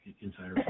inside